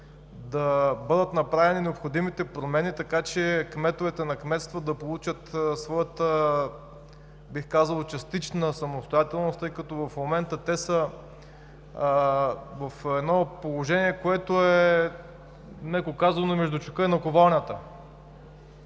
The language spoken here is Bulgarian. да бъдат направени необходимите промени, така че кметовете на кметства да получат своята, бих казал, частична самостоятелност, тъй като в момента те са в едно положение, което е меко казано между чука и наковалнята.